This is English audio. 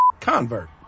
convert